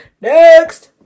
Next